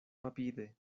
rapide